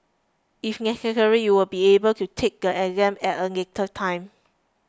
if necessary you will be able to take the exam at a later time